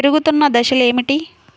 పెరుగుతున్న దశలు ఏమిటి?